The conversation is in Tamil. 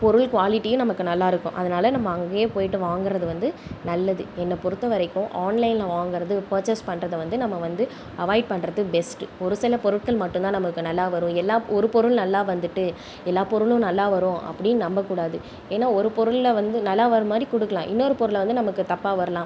பொருள் குவாலிட்டியும் நமக்கு நல்லாயிருக்கும் அதனால் நம்ம அங்கயே போய்ட்டு வாங்குவது வந்து நல்லது என்னை பொறுத்த வரைக்கும் ஆன்லைனில் வாங்குவது பர்ச்சேஸ் பண்றதை வந்து நம்ம வந்து அவாய்ட் பண்ணுறது பெஸ்ட்டு ஒரு சில பொருட்கள் மட்டும் தான் நமக்கு நல்லா வரும் எல்லா ஒரு பொருள் நல்லா வந்துட்டு எல்லா பொருளும் நல்லா வரும் அப்டின்னு நம்ப கூடாது ஏன்னா ஒரு பொருளில் வந்து நல்லா வர மாதிரி கொடுக்கலாம் இன்னொரு பொருளை வந்து நமக்கு தப்பாக வரலாம்